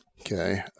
Okay